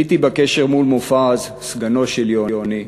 עליתי בקשר מול מופז, סגנו של יוני,